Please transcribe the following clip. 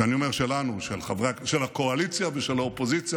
כשאני אומר "שלנו" של הקואליציה ושל האופוזיציה,